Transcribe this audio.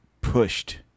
pushed